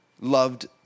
Loved